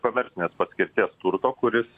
komercinės paskirties turto kuris